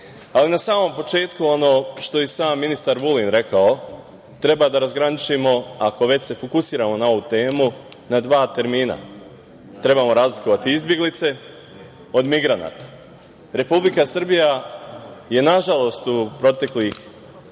Srbije. Na samom početku, ono što je i sam ministar Vulin rekao, treba da razgraničimo, ako se već fokusiramo na ovu temu, na dva termina - trebamo razlikovati izbeglice od migranata. Republika Srbija je, nažalost, u proteklih